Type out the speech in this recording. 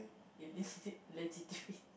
you list it legitedly